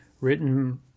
written